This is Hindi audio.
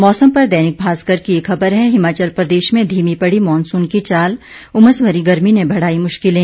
मौसम पर दैनिक भास्कर की एक खबर है हिमाचल प्रदेश में धीमी पड़ी माूनसून की चाल उमस भरी गर्मी ने बढ़ाई मुश्किलें